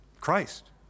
Christ